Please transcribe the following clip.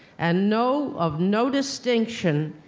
and know of no distinction,